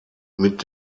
mit